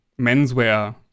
menswear